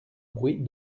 bruit